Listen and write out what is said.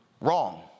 wrong